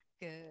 Good